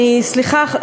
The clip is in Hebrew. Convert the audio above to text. סליחה,